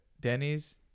Denny's